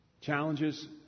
challenges